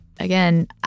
Again